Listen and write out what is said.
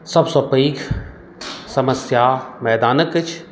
सबसँ पैघ समस्या मैदानक अछि